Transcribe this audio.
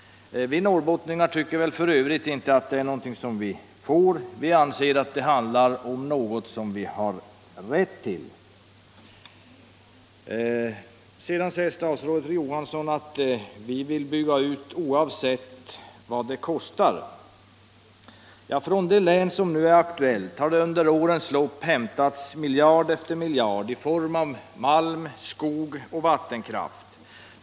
Vi norrbottningar tycker f. ö. inte att det är någonting som vi får utan anser att det handlar om något som vi har rätt till. Sedan säger statsrådet Johansson att vi vill bygga ut oavsett vad det kostar. Men det finns resurser. Från det län som nu är aktuellt har under årens lopp hämtats miljard efter miljard i form av malm, skog och vattenkraft.